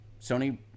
Sony